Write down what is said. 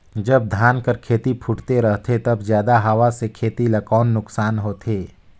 जब धान कर खेती फुटथे रहथे तब जादा हवा से खेती ला कौन नुकसान होथे?